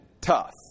tough